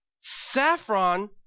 Saffron